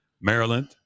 maryland